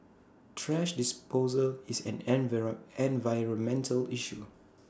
thrash disposal is an environmental issue